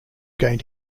gained